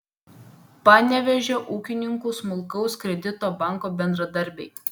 panevėžio ūkininkų smulkaus kredito banko bendradarbiai